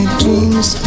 dreams